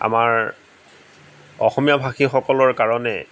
আমাৰ অসমীয়া ভাষীসকলৰ কাৰণে